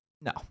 No